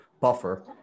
buffer